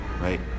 right